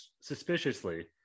suspiciously